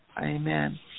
Amen